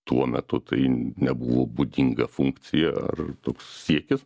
tuo metu tai nebuvo būdinga funkcija ar toks siekis